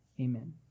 Amen